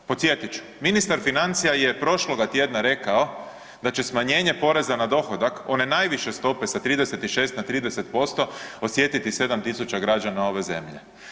Podsjetit ću, ministar financija je prošloga tjedna rekao da će smanjenje poreza na dohodak one najviše stope sa 36 na 30% osjetiti 7.000 građana ove zemlje.